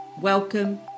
Welcome